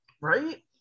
right